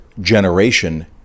generation